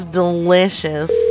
delicious